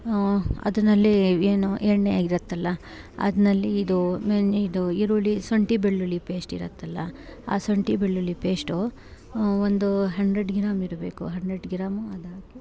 ಅದರಲ್ಲಿ ಏನು ಎಣ್ಣೆ ಇರತ್ತೆಲ್ಲಾ ಅದ್ರಲ್ಲಿ ಇದೂ ಮೆನ್ ಇದು ಈರುಳ್ಳಿ ಶುಂಠಿ ಬೆಳ್ಳುಳ್ಳಿ ಪೇಶ್ಟ್ ಇರತ್ತೆಲ್ಲ ಆ ಶುಂಠಿ ಬೆಳ್ಳುಳ್ಳಿ ಪೇಶ್ಟು ಒಂದು ಹಂಡ್ರೆಡ್ ಗಿರಾಮು ಇರಬೇಕು ಹಂಡ್ರೆಡ್ ಗಿರಾಮು ಅದು ಹಾಕಿ